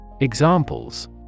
Examples